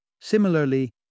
Similarly